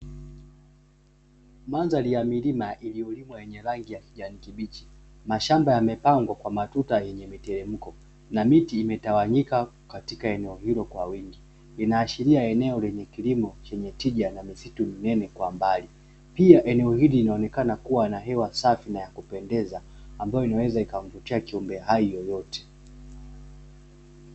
Madhari ya milima iliyolimwa yenye rangi ya kijani kibichi , mashamba yamepangwa kwa matuta yenye mteremko na miti imetawanyika katika eneo hilo kwa wingi inaashiria eneo lenye kilimo chenye tija na misitu minene kwa mbali , pia eneo hili linaonekana kuwa na hewa safi na ya kupendeza ambayo inaweza ikamvutia kiumbe hai yoyote.